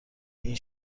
این